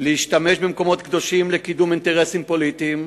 ולהשתמש במקומות הקדושים לקידום אינטרסים פוליטיים,